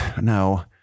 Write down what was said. No